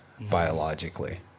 biologically